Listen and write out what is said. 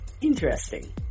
Interesting